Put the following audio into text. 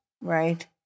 right